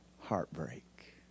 Heartbreak